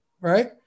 right